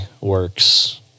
works